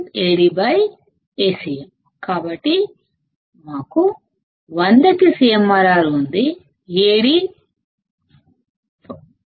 CMRR AdAcm కాబట్టి మనకి CMRR విలువ 100 ఉంది Ad విలువ 5000 ఉంది